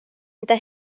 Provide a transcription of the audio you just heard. mida